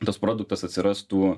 tas produktas atsirastų